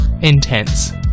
intense